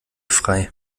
frei